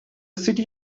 city